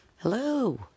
Hello